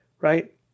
right